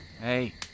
Hey